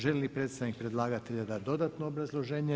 Želi li predstavnik predlagatelja dati dodatno obrazloženje?